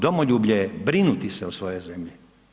Domoljublje je brinuti se o svojoj zemlji.